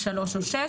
3 או 6,